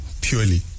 purely